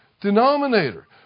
denominator